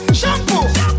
shampoo